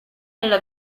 nella